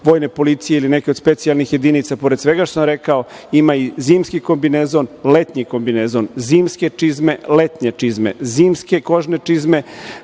Vojne policije ili neke od specijalnih jedinica, pored svega što sam rekao, ima i zimski kombinezon, letnji kombinezon, zimske čizme, letnje čizme, zimske kožne čizme,